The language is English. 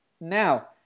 Now